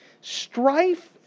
strife